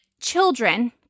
children